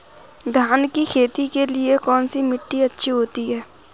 धान की खेती के लिए कौनसी मिट्टी अच्छी होती है?